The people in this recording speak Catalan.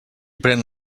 pren